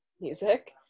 music